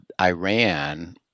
Iran